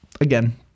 again